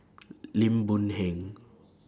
Lim Boon Heng